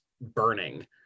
burning